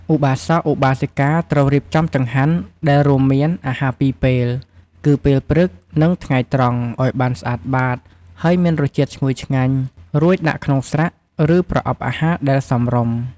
ឧបាសក ឧបាសិកា ត្រូវរៀបចំចង្ហាន់ ដែលរួមមាន អាហារពីរពេល គឺពេលព្រឹក និងថ្ងៃត្រង់ ឲ្យបានស្អាតបាត ហើយមានរសជាតិឈ្ងុយឆ្ងាញ់ រួចដាក់ក្នុងស្រាក់ ឬប្រអប់អាហារដែលសមរម្យ។